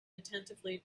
attentively